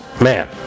man